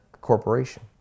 corporation